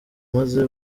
maze